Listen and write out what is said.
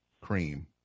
cream